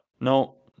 no